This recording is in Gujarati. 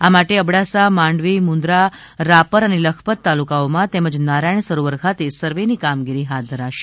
આ માટે અબડાસા માંડવી મુંદરા રાપર અને લખપત તાલુકાઓમા તેમજ નારાયણ સરોવર ખાતે સર્વેની કામગીરી હાથ ધરાશે